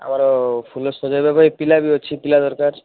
ଆମର ଫୁଲ ସଜେଇବା ପାଇଁ ପିଲା ବି ଅଛି ପିଲା ଦରକାର